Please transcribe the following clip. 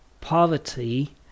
Poverty